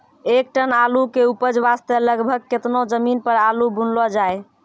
एक टन आलू के उपज वास्ते लगभग केतना जमीन पर आलू बुनलो जाय?